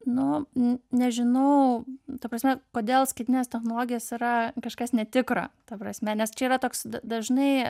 nu nežinau ta prasme kodėl skaitmeninės technologijos yra kažkas netikro ta prasme nes čia yra toks d dažnai